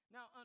Now